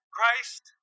Christ